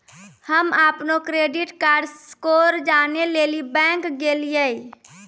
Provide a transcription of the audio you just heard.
हम्म अपनो credit card score जानै लेली बैंक गेलियै